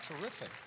Terrific